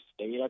State